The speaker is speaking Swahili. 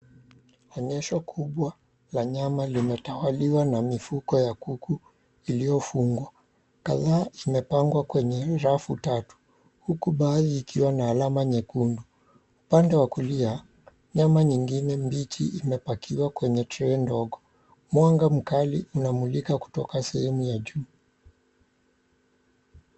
Onyesho kubwa la nyama limetawaliwa na mifuko ya kuku iliyofungwa. Kadhaa zimepangwa kwenye rafu tatu, huku baadhi ikiwa n alama nyekundu. Upande wa kulia nyama nyingine mbichi imepakiwa kwenye tray ndogo. Mwanga mkali unamulika kutoka sehemu ya juu.